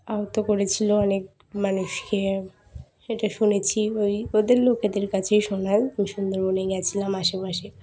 আহত করেছিলো অনেক মানুষকে এটা শুনেছি ওই ওদের লোকেদের কাছেই শোনা সুন্দরবনে গিয়েছিলাম আশেপাশে